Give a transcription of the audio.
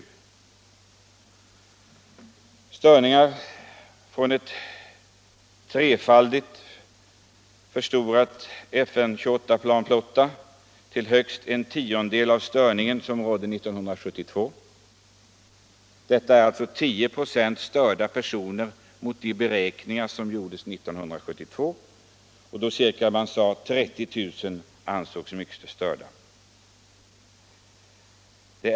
Störningen från en trefaldigt förstorad F 28-flotta blir högst en tiondel av den störning som rådde 1972. Enligt de beräkningar som gjordes 1972 ansågs cirka 30 000 människor mycket störda.